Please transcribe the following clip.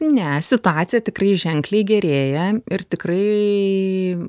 ne situacija tikrai ženkliai gerėja ir tikrai